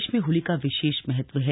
प्रदेश में होली का विशेष महत्व है